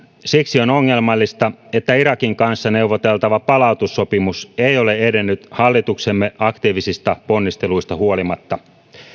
siksi on ongelmallista että irakin kanssa neuvoteltava palautussopimus ei ole edennyt hallituksemme aktiivisista ponnisteluista huolimatta